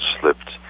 slipped